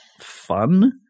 fun